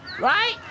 Right